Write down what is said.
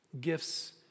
Gifts